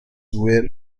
well